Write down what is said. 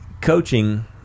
Coaching